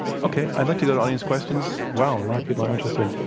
okay, i'd like to go to audience questions. wow, a lot of people are interested.